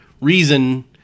reason